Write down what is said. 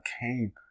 came